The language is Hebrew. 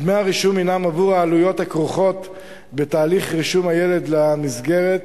דמי הרישום הם עבור העלויות הכרוכות בתהליך רישום הילד למסגרת.